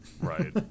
Right